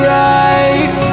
right